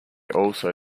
also